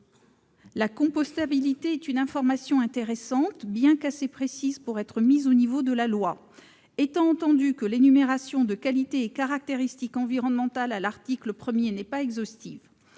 La compostabilité est une information intéressante, bien qu'assez précise pour être mise au niveau de la loi, étant entendu que l'énumération de qualités et caractéristiques environnementales à l'article 1 n'est pas exhaustive.